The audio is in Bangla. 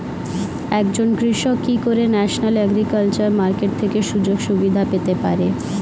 একজন কৃষক কি করে ন্যাশনাল এগ্রিকালচার মার্কেট থেকে সুযোগ সুবিধা পেতে পারে?